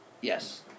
Yes